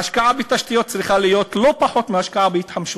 ההשקעה בתשתיות צריכה להיות לא פחות מההשקעה בהתחמשות,